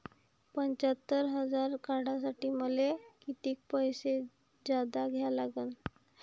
पंच्यात्तर हजार काढासाठी मले कितीक पैसे जादा द्या लागन?